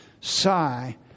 sigh